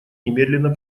немедленно